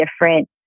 different